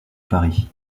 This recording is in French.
paris